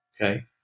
Okay